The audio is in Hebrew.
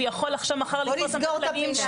הוא יכול עכשיו מחר --- בואו נסגור את הפינה.